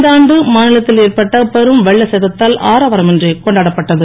இந்த ஆண்டு மாநிலத்தில் ஏற்பட்ட பெரும் வெள்ள சேதத்தால் ஆரவாரமின்றி கொண்டாடப்பட்டது